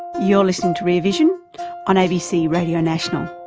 you're listening to rear vision on abc radio national.